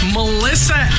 Melissa